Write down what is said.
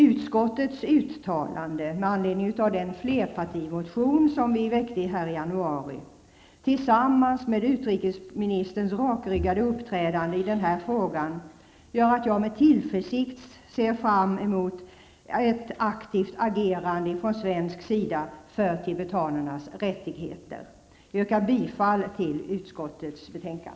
Utskottets uttalande med anledning av den flerpartimotion som vi väckte i januari tillsammans med utrikesministerns rakryggade uppträdande i den här frågan gör att jag med tillförsikt ser fram emot ett aktivt agerande från svensk sida för tibetanernas rättigheter. Jag yrkar bifall till utskottets hemställan.